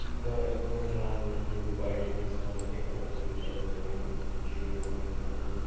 अन्त एकदम राम्रो बिल्ड क्वालिटीको छ एकपल्ट दुईपल्ट झऱ्यो भने पनि केही नहुने खालको